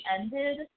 ended